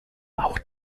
auch